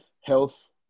Health